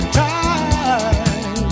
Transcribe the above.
time